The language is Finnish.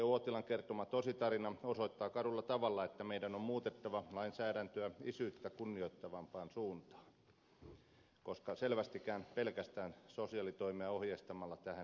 uotilan kertoma tositarina osoittaa karulla tavalla että meidän on muutettava lainsäädäntöä isyyttä kunnioittavampaan suuntaan koska selvästikään pelkästään sosiaalitoimea ohjeistamalla tähän ei päästä